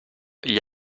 gli